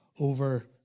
over